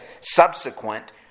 subsequent